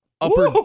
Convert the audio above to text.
upper